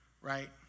right